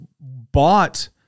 bought